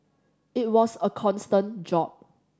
it was a constant job